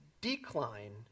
decline